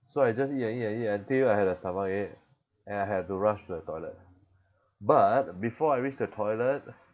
so I just eat and eat and eat until I had a stomachache and I had to rush to the toilet but before I reach the toilet